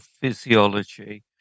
physiology